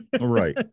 Right